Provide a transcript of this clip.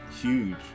huge